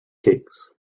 cakes